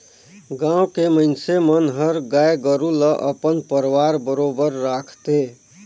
गाँव के मइनसे मन हर गाय गोरु ल अपन परवार बरोबर राखथे